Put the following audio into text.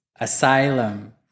asylum